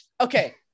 Okay